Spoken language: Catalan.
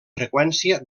freqüència